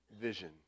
vision